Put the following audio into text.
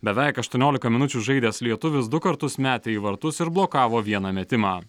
beveik aštuoniolika minučių žaidęs lietuvis du kartus metė į vartus ir blokavo vieną metimą